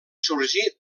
sorgir